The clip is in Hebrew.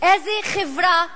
איזו חברה אומללה,